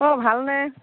অঁ ভালনে